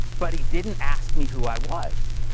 but he didn't ask me who i was,